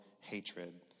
hatred